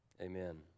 amen